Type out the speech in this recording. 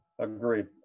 Agreed